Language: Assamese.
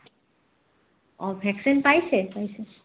অঁ ভেকচিন পাইছে পাইছে